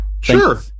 Sure